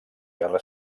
guerra